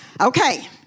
Okay